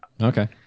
okay